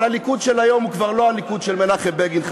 אבל הליכוד של היום הוא כבר לא הליכוד של מנחם בגין,